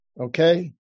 Okay